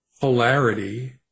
polarity